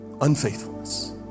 unfaithfulness